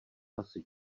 asi